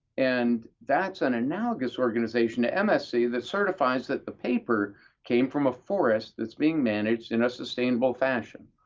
and that's an analogous organization to msc that certifies that the paper came from a forest that's being managed in a sustainable fashion.